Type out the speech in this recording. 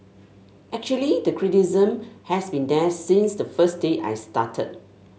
actually the criticism has been there since the first day I started